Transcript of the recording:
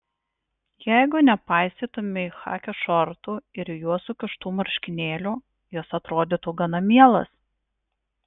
jeigu nepaisytumei chaki šortų ir į juos sukištų marškinėlių jis atrodytų gana mielas